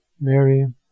Mary